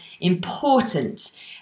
important